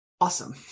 Awesome